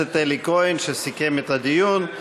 הכנסת אלי כהן, שסיכם את הדיון.